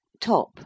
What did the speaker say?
top